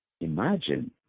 Imagine